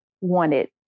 wanted